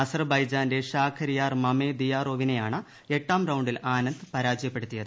അസർബയ്ജാന്റെ Shakhriyar മമെദിയാറൊവിനെയാണ് എട്ടാം റൌണ്ടിൽ ആനന്ദ് പരാജയപ്പെടുത്തിയത്